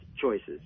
choices